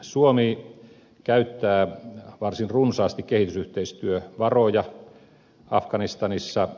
suomi käyttää varsin runsaasti kehitysyhteistyövaroja afganistanissa